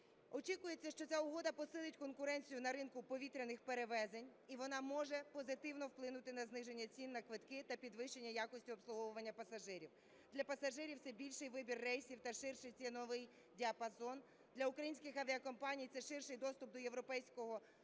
Очікується, що ця угода посилить конкуренцію на ринку повітряних перевезень і вона може позитивно вплинути на зниження цін на квитки та підвищення якості обслуговування пасажирів: для пасажирів – це більший вибір рейсів та ширший ціновий діапазон, для українських авіакомпаній – це ширший доступ до європейського ринку,